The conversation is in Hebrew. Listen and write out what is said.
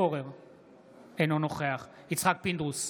אינו נוכח יצחק פינדרוס,